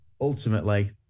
ultimately